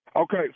Okay